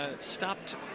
stopped